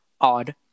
Odd